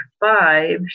five